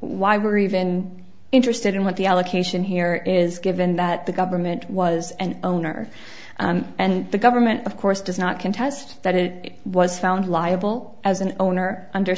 why we're even interested in what the allocation here is given that the government was an owner and the government of course does not contest that it was found liable as an owner under